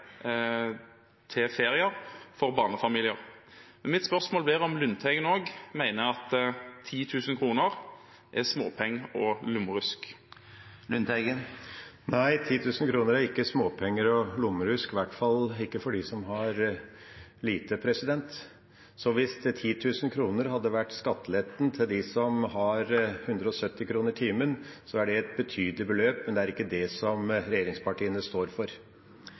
til ferier for barnefamilier. Mitt spørsmål blir om Lundteigen også mener at 10 000 kr er småpenger og lommerusk. Nei, 10 000 kr er ikke småpenger og lommerusk, i hvert fall ikke for dem som har lite. Hvis 10 000 kr hadde vært skatteletten til dem som har 170 kr timen, hadde det vært et betydelig beløp, men det er ikke det regjeringspartiene står for.